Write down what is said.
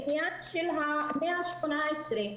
בעניין 118,